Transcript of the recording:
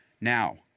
Now